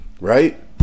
right